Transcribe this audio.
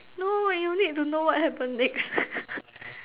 no you need to know what happen next